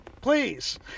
please